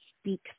speak